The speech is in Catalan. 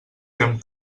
fem